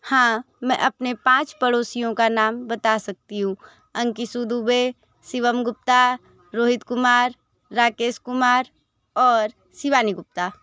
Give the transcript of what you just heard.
हाँ मैं अपने पाँच पड़ोसियों का नाम बता सकती हूँ अंकिसु दुबे शिवम गुप्ता रोहित कुमार राकेश कुमार और शिवानी गुप्ता